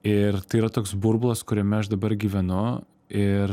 ir tai yra toks burbulas kuriame aš dabar gyvenu ir